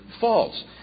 false